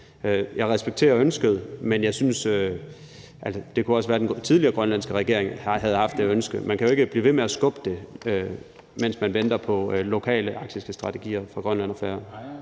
Jeg respekterer ønsket, og det kunne jo også være, at den tidligere grønlandske regering havde haft det ønske. Man kan jo ikke blive ved med at skubbe det, mens man venter på lokale arktiske strategier for Grønland